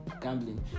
gambling